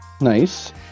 Nice